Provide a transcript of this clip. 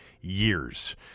years